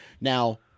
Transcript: now